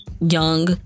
young